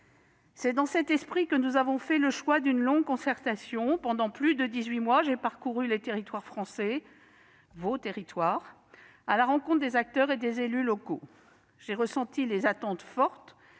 C'est dans cet esprit que nous avons fait le choix d'une longue concertation. Pendant plus de dix-huit mois, j'ai parcouru les territoires français, vos territoires, à la rencontre des acteurs et des élus locaux. J'ai ressenti des attentes fortes,